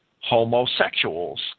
homosexuals